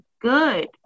good